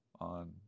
on